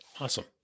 Awesome